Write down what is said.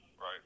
Right